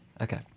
Okay